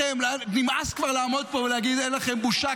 נמאס כבר לעמוד פה ולהגיד: אין לכם בושה,